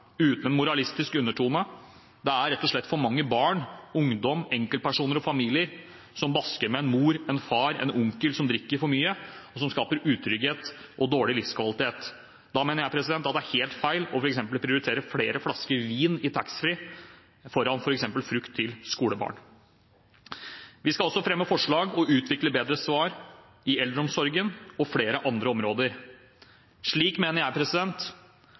uten en moralistisk undertone. Det er rett og slett for mange barn, ungdommer, enkeltpersoner og familier som basker med en mor, en far, en onkel som drikker for mye og som skaper utrygghet og dårlig livskvalitet. Da mener jeg det er helt feil f.eks. å prioritere flere flasker vin i taxfree-ordningen foran frukt til skolebarn. Vi skal også fremme forslag og utvikle bedre svar i eldreomsorgen og på flere andre områder. Slik mener jeg